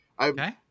Okay